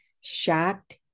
Shocked